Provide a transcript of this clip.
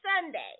Sunday